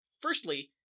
Firstly